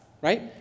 right